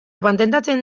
patentatzen